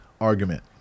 argument